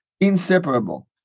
inseparable